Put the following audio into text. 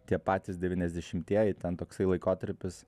tie patys devyniasdešimtieji ten toksai laikotarpis